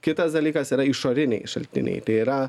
kitas dalykas yra išoriniai šaltiniai tai yra